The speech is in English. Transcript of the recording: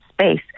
space